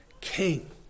king